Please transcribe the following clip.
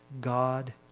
God